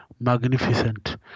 magnificent